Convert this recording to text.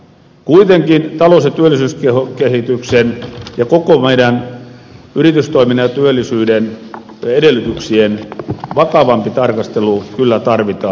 kuitenkin talous ja työllisyyskehityksen ja koko meidän yritystoiminnan ja työllisyyden edellytyksien vakavampaa tarkastelua kyllä tarvitaan